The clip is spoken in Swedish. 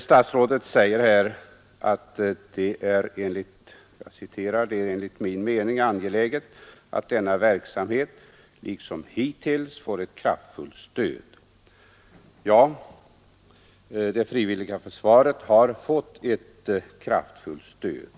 Statsrådet säger i svaret: ”Det är enligt min mening angeläget att denna verksamhet, liksom hittills, får ett kraftfullt stöd.” Ja, det frivilliga försvaret har fått ett kraftfullt stöd.